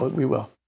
we will.